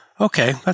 okay